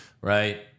Right